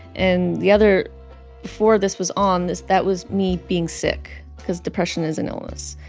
and the other before this was on, this that was me being sick cause depression is an illness.